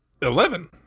Eleven